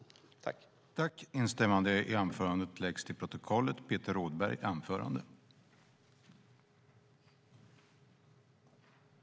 I detta anförande instämde Jan Lindholm .